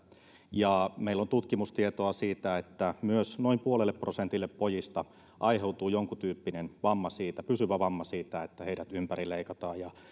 ja meillä on tutkimustietoa siitä että myös noin puolelle prosentille pojista aiheutuu jonkuntyyppinen pysyvä vamma siitä että heidät ympärileikataan ja